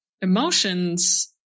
emotions